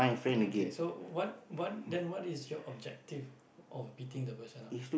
okay so what what then what is your objective of beating the person up